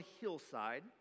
hillside